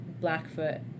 Blackfoot